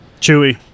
Chewie